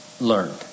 learned